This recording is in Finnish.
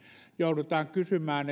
joudutaan kysymään